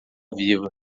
viva